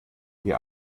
wie